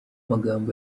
magambo